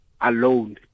alone